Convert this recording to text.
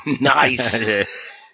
Nice